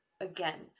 Again